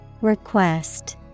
Request